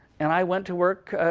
and i went to work.